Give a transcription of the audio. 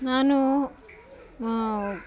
ನಾನು